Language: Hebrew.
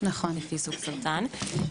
לפי סוג הסרטן.